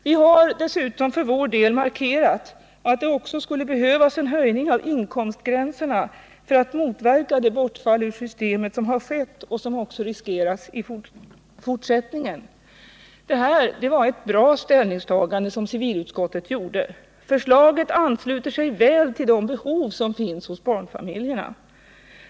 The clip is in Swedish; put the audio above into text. Vi har dessutom för vår del markerat att det också skulle behövas en höjning av inkomstgränserna för att motverka det bortfall ur systemet som har skett och som också riskeras i fortsättningen. Det var ett bra ställningstagande som civilutskottet gjorde. Förslaget ansluter sig väl till de behov som finns hos barnfamiljerna.